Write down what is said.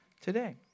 today